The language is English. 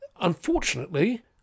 unfortunately